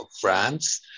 France